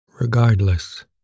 Regardless